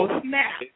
snap